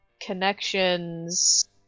connections